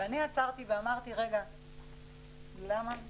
ועצרתי ואמרתי: רגע, למה?